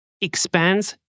expands